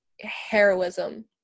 heroism